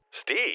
Steve